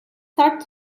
sert